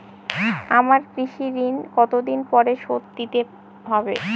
আমার কৃষিঋণ কতদিন পরে শোধ দিতে হবে?